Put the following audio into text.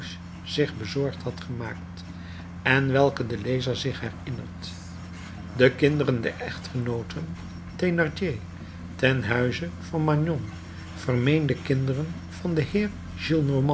zich bezorgd had gemaakt en welke de lezer zich herinnert de kinderen der echtgenooten thénardier ten huize van magnon vermeende kinderen van den heer